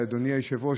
אדוני היושב-ראש,